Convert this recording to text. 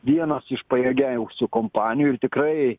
vienos iš pajėgiausių kompanijų ir tikrai